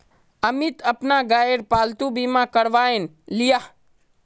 अमित अपना गायेर पालतू बीमा करवाएं लियाः